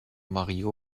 mario